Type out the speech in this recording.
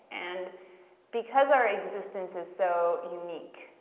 and because our existence is so unique,